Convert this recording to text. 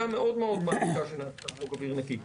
המאוד מאוד מעמיקה של חוק אוויר נקי.